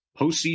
postseason